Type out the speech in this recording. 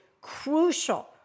crucial